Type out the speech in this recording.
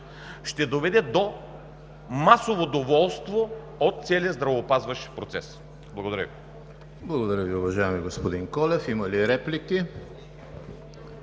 ще доведе до масово доволство от целия здравеопазващ процес. Благодаря Ви.